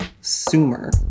Sumer